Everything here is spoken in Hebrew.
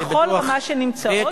בכל רמה שהן נמצאות.